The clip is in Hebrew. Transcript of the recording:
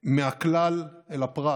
ומהכלל אל הפרט,